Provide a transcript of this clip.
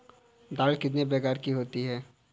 दाल कितने प्रकार की होती है?